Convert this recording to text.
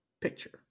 picture